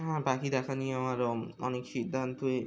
হ্যাঁ পাখি দেখা নিয়ে আমার অনেক সিদ্ধান্তই